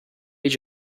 age